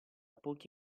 pochi